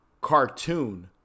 cartoon